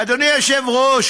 אדוני היושב-ראש,